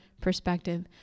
perspective